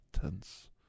tense